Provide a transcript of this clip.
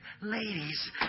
ladies